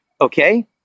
Okay